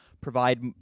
provide